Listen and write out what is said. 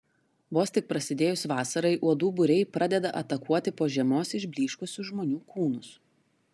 vos tik prasidėjus vasarai uodų būriai pradeda atakuoti po žiemos išblyškusius žmonių kūnus